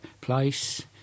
place